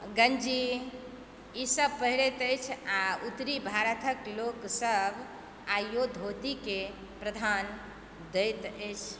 गंजी ई सब पहिरैत अछि आ उत्तरी भारतक लोक सब आइयो धोती के प्रधान दैत अछि